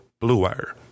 BLUEWIRE